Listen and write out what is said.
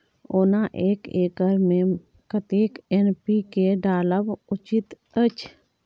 ओना एक एकर मे कतेक एन.पी.के डालब उचित अछि?